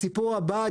הסיפור הבא,